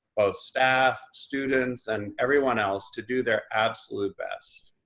both staff, students, and everyone else to do their absolute best.